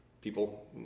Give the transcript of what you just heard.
people